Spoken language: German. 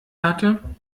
hatte